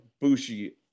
Bushi